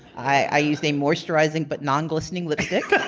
i used a moisturizing but non-glistening lipstick.